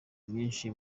myinshi